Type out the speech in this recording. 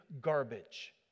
garbage